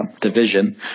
division